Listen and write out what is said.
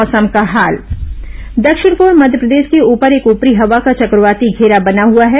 मौसम दक्षिण पूर्व मध्यप्रदेश के ऊपर एक ऊपरी हवा का चक्रवाती घेरा बना हुआ है